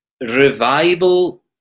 revival